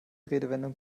redewendung